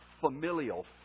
familial